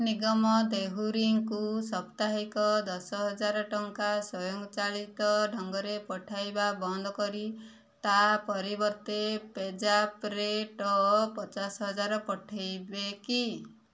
ନିଗମ ଦେହୁରୀଙ୍କୁ ସପ୍ତାହିକ ଦଶହଜାର ଟଙ୍କା ସ୍ୱୟଂଚାଳିତ ଢଙ୍ଗରେ ପଠାଇବା ବନ୍ଦ କରି ତା'ପରିବର୍ତ୍ତେ ପେଜାପ୍ରେ ଟ ପଚାଶ ହଜାର ପଠାଇବେ କି